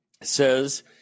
says